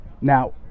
Now